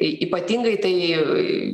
ypatingai tai